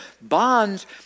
Bonds